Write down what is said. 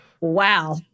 wow